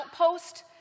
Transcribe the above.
outpost